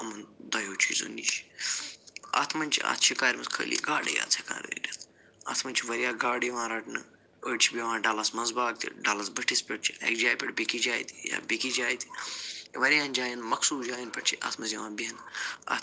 یِمَن دوٚیو چیٖزو نِش اتھ منٛز چھِ اتھ شِکارِ منٛز خٲلی گاڈَے یاژ ہٮ۪کان رٔٹِتھ اتھ منٛز چھِ واریا گاڈٕ یِوان رٹنہٕ أڑۍ چھِ بیٚہوان ڈَلس منٛز باغ تہِ ڈَلس بٔتھِس پٮ۪ٹھ چھِ اَکہِ جایہِ پٮ۪ٹھ بیٚکِس جایہِ تہِ یا بیٚکِس جایہِ تہِ وارِیاہن جاین مخصوٗص جاین پٮ۪ٹھ چھِ اَتھ منٛز یِوان بیٚہنہٕ اَتھ